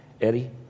Eddie